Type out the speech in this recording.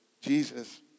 Jesus